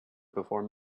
before